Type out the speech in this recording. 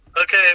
Okay